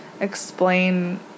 explain